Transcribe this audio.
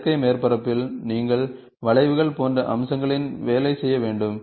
செயற்கை மேற்பரப்பில் நீங்கள் வளைவுகள் போன்ற அம்சங்களில் வேலை செய்ய வேண்டும்